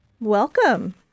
Welcome